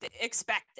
expected